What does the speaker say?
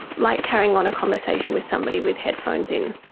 like carrying on a conversation with somebody with headphones in.